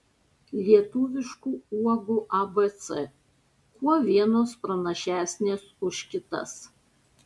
lietuviškų uogų abc kuo vienos pranašesnės už kitas